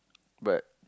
but